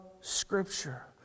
Scripture